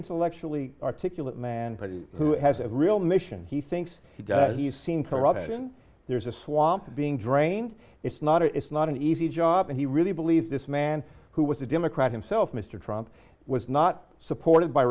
intellectually articulate man who has a real mission he thinks he does he seem to rub it in there's a swamp being drained it's not it's not an easy job and he really believes this man who was a democrat himself mr trump was not supported by